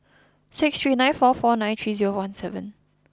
six three nine four four nine three zero one seven